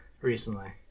recently